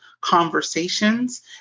Conversations